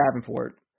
Davenport